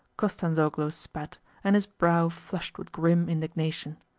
kostanzhoglo spat, and his brow flushed with grim indignation.